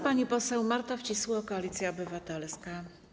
Pani poseł Marta Wcisło, Koalicja Obywatelska.